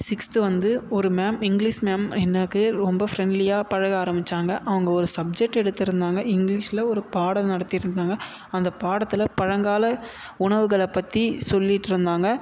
sixth வந்து ஒரு ma'am English ma'am எனக்கு ரொம்ப ஃப்ரெண்ட்லியாக பழக ஆரம்பிச்சாங்க அவங்க ஒரு சப்ஜெக்ட் எடுத்திருந்தாங்க இங்கிலீஷில் ஒரு பாடல் நடத்தியிருந்தாங்க அந்த பாடத்தில் பழங்கால உணவுகளை பற்றி சொல்லிட்டுருந்தாங்க